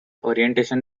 orientation